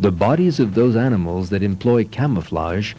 the bodies of those animals that employ camouflage